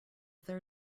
there